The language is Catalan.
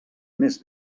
més